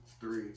Three